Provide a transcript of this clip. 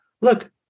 look